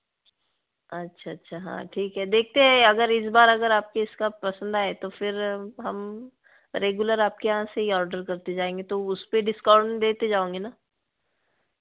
अच्छा अच्छा हाँ ठीक है देखते हैं अगर इस बार अगर आपके इसका पसंद आए तो फिर हम रेगुलर आपके यहाँ से ही ऑर्डर करते जाएँगे तो उसपे डिस्काउंट देते जाओगे ना